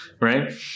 Right